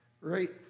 right